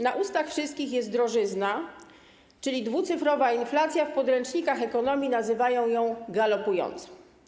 Na ustach wszystkich jest drożyzna, czyli dwucyfrowa inflacja - w podręcznikach ekonomii nazywają ją galopującą.